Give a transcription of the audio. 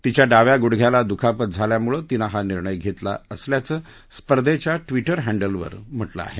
तिच्या डाव्या गुडघ्याला दुखापत झाल्यामुळे तिनं हा निर्णय घेतला असल्याचं स्पर्धेच्या ट्विटर हँडलवर म्हटलं आहे